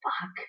fuck